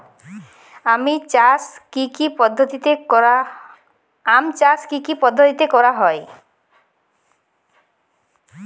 আম চাষ কি কি পদ্ধতিতে করা হয়?